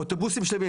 אוטובוסים שלמים.